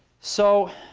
so